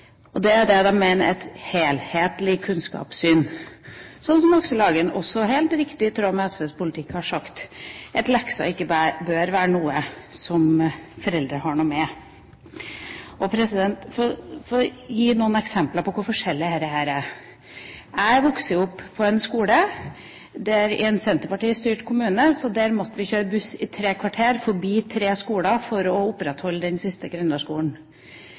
Det er det de mener er et helhetlig kunnskapssyn, slik som også Aksel Hagen helt riktig i tråd med SVs politikk har sagt, at lekser bør ikke være noe som foreldre har noe med. Jeg vil gi noen eksempler på hvor forskjellig dette er. Jeg har vokst opp med en skole i en senterpartistyrt kommune, og vi måtte kjøre buss i tre kvarter, forbi tre skoler, for å opprettholde den siste